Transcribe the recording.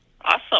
Awesome